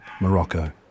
Morocco